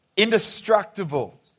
indestructible